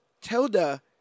Tilda